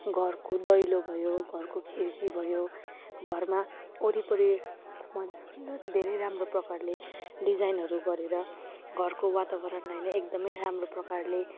घरको दैलो भयो घरको खिड्की भयो घरमा वरिपरि धेरै राम्रो प्रकारले डिजाइनहरू गरेर घरको वातावरणलाई नै एकदमै राम्रो प्रकारले